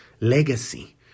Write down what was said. legacy